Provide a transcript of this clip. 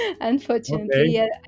Unfortunately